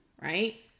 right